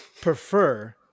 prefer